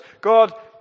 God